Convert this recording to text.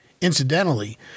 Incidentally